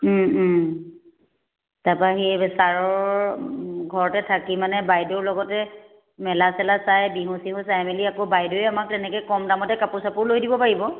তাৰ পৰা সেই ছাৰৰ ঘৰতে থাকি মানে বাইদেউৰ লগতে মেলা চেলা চাই বিহু চিহু চাই মেলি আকৌ বাইদেৱে আমাক তেনেকে কম দামতে কাপোৰ চাপোৰ লৈ দিব পাৰিব